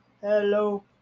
hello